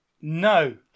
No